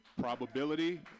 probability